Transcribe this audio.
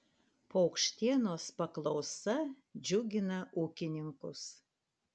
paukštienos paklausa džiugina ūkininkus